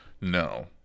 No